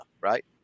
right